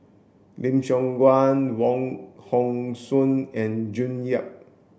Lim Siong Guan Wong Hong Suen and June Yap